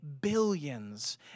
billions